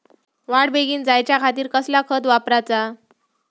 वाढ बेगीन जायच्या खातीर कसला खत वापराचा?